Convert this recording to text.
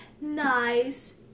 nice